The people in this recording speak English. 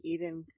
Eden